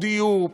כמו דיור,